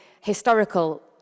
historical